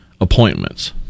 appointments